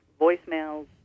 voicemails